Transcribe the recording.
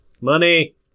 Money